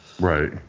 Right